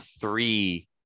three